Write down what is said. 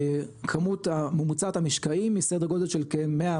הכמות הממוצעת המשקעים היא סדר גודל של כ-100,